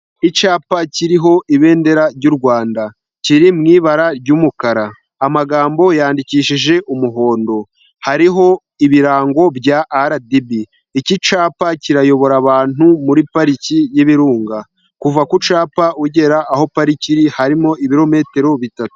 Icyapa kiriho ibendera ry'u Rwanda. Kiri mu ibara ry'umukara, amagambo yandikishije umuhondo. Hariho ibirango bya RDB. Iki cyapa kirayobora abantu muri pariki y'ibirunga. Kuva ku cyapa ugera aho pariki iri harimo ibirometero bitatu.